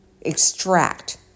extract